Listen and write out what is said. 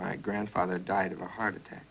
my grandfather died of a heart attack